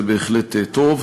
זה בהחלט טוב.